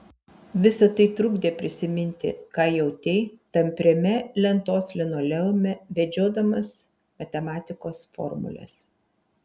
visa tai trukdė prisiminti ką jautei tampriame lentos linoleume vedžiodamas matematikos formules